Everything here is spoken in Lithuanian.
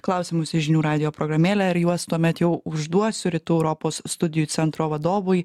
klausimus į žinių radijo programėlę ir juos tuomet jau užduosiu rytų europos studijų centro vadovui